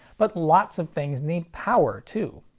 but lots of things need power, too.